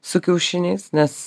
su kiaušiniais nes